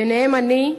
ביניהם אני.